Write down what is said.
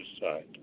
side